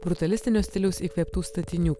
žurnalistinio stiliaus įkvėptų statinių